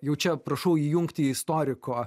jau čia prašau įjungti istoriko